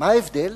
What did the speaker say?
מה ההבדל?